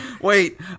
Wait